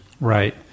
Right